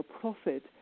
profit